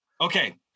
Okay